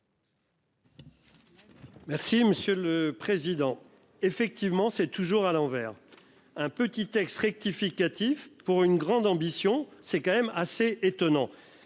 Merci monsieur le président, effectivement c'est toujours à l'envers. Un petit texte rectificatif pour une grande ambition, c'est quand même assez étonnant